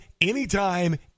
anytime